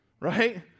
right